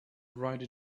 write